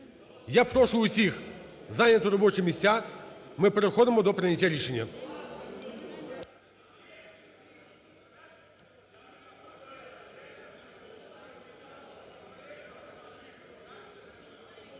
Я прошу усіх зайняти робочі місця, ми переходимо до прийняття рішення.